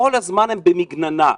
כל הזמן הם במגננה,